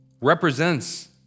represents